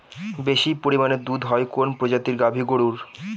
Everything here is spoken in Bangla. বেশি পরিমানে দুধ হয় কোন প্রজাতির গাভি গরুর?